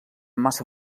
massa